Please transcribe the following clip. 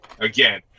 again